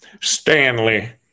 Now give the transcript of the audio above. Stanley